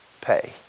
pay